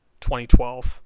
2012